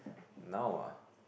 now ah